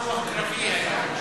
רוח קרבי היה.